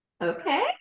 Okay